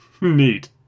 Neat